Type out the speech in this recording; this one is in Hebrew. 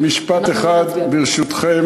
אני מבקש משפט אחד, ברשותכם.